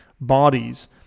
bodies